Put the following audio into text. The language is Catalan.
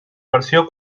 versió